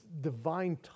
divine